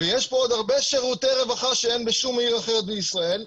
ויש בו עוד הרבה שירותי רווחה שאין בשום עיר אחרת בישראל,